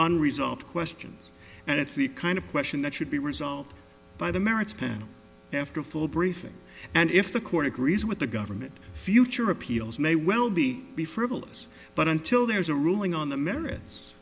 unresolved questions and it's the kind of question that should be resolved by the merits panel after a full briefing and if the court agrees with the government future appeals may well be be frivolous but until there's a ruling on the merits